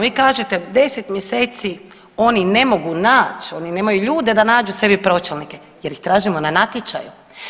Vi kažete 10 mjeseci oni ne mogu naći, oni nemaju ljude da nađu sebi pročelnike jer ih tražimo na natječaju.